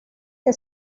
que